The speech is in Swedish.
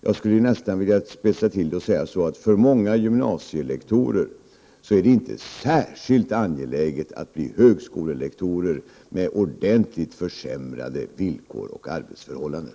Jag skulle nästan vilja spetsa till det och säga, att för många gymnasielektorer är det inte särskilt angeläget att bli högskolelektor, eftersom det ger ordentligt försämrade villkor och arbetsförhållanden.